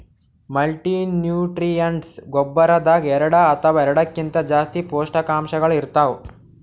multinutrients ಗೊಬ್ಬರದಾಗ್ ಎರಡ ಅಥವಾ ಎರಡಕ್ಕಿಂತಾ ಜಾಸ್ತಿ ಪೋಷಕಾಂಶಗಳ್ ಇರ್ತವ್